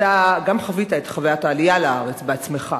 חווה את חוויית העלייה לארץ בעצמו,